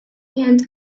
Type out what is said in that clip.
and